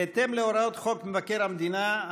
בהתאם להוראות חוק מבקר המדינה,